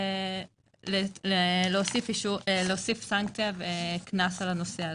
להוסיף סנקציה וקנס על הנושא הזה.